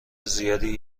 زیادی